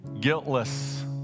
guiltless